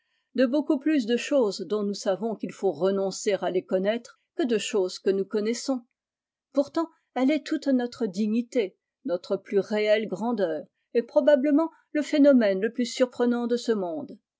de beaucoup plus de choses dont nous savons qu'il faut renoncer à les connaître que de choses que nous connaissons pourtant elle est toute notre dignité notre plus réelle grandeur et probablement le phénomène le plus surprenant de ce monde